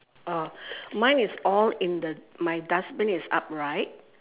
uh mine is all in the my dustbin is upright